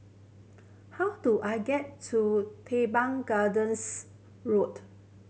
how do I get to Teban Gardens Road